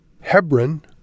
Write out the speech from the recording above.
Hebron